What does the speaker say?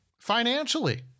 financially